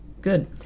Good